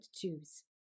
choose